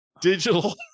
digital